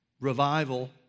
revival